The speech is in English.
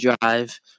drive